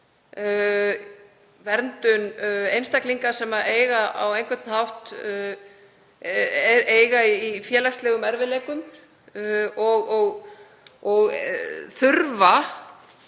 verndun einstaklinga sem á einhvern hátt eiga í félagslegum erfiðleikum og þurfa